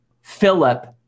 Philip